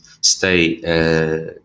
stay